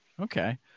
Okay